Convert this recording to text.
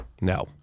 No